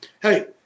hey